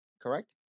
correct